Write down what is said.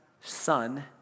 son